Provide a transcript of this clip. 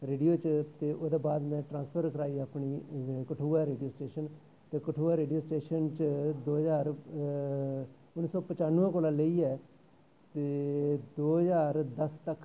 radio च ते ओह्दे बाद मैं ट्रांसफर कराई अपनी कठुआ रेडियो स्टेशन ते कठुआ रेडियो च दौ ज्हार उन्नी सौ पचानमें कोला लेइयै ते दो ज्हार दस तक